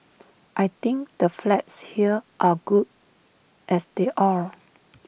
I think the flats here are good as they are